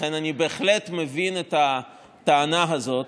לכן, אני בהחלט מבין את הטענה הזאת,